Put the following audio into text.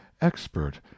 expert